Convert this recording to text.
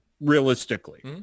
realistically